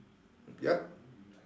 yup